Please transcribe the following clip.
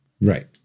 right